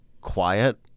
quiet